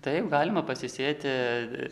taip galima pasisėti